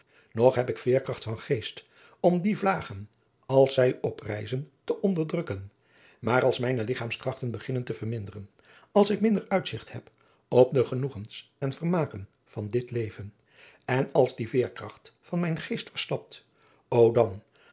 nog heb ik veerkracht van geest om die vlagen als zij oprijzen te onderdrukken maar als mijne ligchaamskrachten beginnen te verminderen als ik minder uitzigt heb op de genoegens en vermaken van dit leven en als die veerkracht van mijn geest verslapt o dan